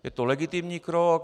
Je to legitimní krok.